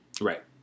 Right